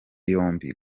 yombi